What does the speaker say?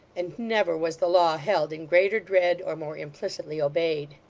and never was the law held in greater dread, or more implicitly obeyed.